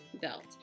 belt